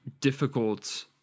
difficult